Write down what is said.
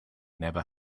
never